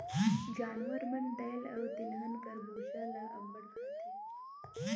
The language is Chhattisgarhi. जानवर मन दाएल अउ तिलहन कर बूसा ल अब्बड़ खाथें